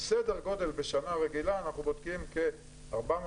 סדר גודל בשנה רגילה אנחנו בודקים כ-400-500